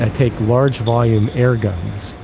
and take large-volume airguns,